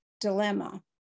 dilemma